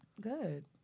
Good